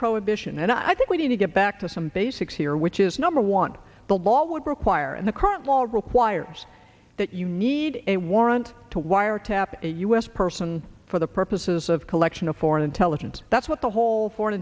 prohibition and i think we need to get back to some basics here which is number one the law would require and the current law requires that you need a warrant to wiretap a u s person for the purposes of collection of foreign intelligence that's what the whole foreign